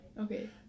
Okay